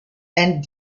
and